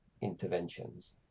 interventions